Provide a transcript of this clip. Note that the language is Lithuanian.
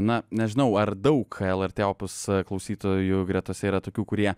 na nežinau ar daug lrt opus klausytojų gretose yra tokių kurie